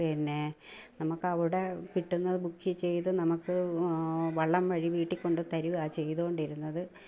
പിന്നെ നമുക്ക് അവിടെ കിട്ടുന്നത് ബുക്ക് ചെയ്തു നമുക്ക് വള്ളം വഴി വീട്ടിൽ കൊണ്ട് തരിക ചെയ്തു കൊണ്ടിരുന്നത്